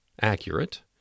accurate